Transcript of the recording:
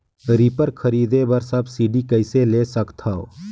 Reaper खरीदे बर subsidy कइसे ले सकथव?